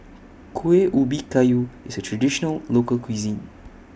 Kuih Ubi Kayu IS A Traditional Local Cuisine